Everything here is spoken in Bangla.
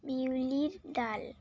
বিউলির ডাল